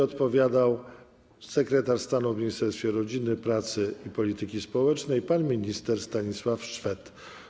Odpowiadał będzie sekretarz stanu w Ministerstwie Rodziny, Pracy i Polityki Społecznej pan minister Stanisław Szwed.